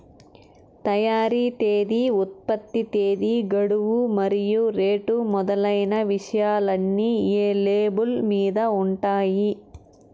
తయారీ తేదీ ఉత్పత్తి తేదీ గడువు మరియు రేటు మొదలైన విషయాలన్నీ ఈ లేబుల్ మీద ఉంటాయి